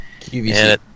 QVC